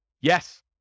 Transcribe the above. Yes